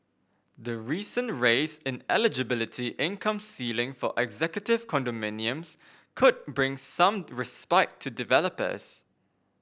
the recent raise in eligibility income ceiling for executive condominiums could bring some respite to developers